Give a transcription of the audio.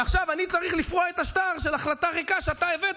עכשיו אני צריך לפרוע את השטר של החלטה ריקה שאתה הבאת,